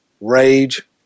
rage